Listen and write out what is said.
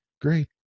great